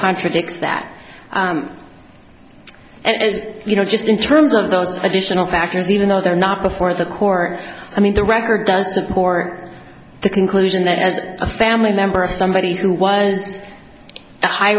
contradicts that and you know just in terms of those additional factors even though they're not before the court i mean the record does support the conclusion that as a family member of somebody who was a high